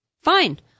Fine